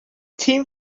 team